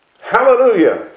Hallelujah